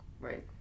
Right